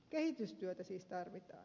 kehitystyötä siis tarvitaan